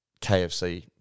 KFC